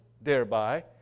thereby